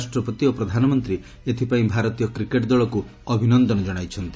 ରାଷ୍ଟ୍ରପତି ଓ ପ୍ରଧାନମନ୍ତ୍ରୀ ଏଥିପାଇଁ ଭାରତୀୟ କ୍ରିକେଟ୍ ଦଳକୁ ଅଭିନନ୍ଦନ ଜଣାଇଛନ୍ତି